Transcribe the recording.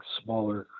smaller